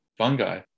fungi